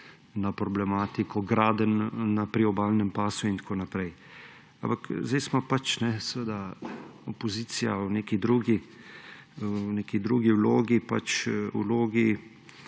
o problematiki gradenj na priobalnem pasu in tako naprej. Ampak zdaj smo pač – seveda opozicija v neki drugi vlogi, pač vlogi,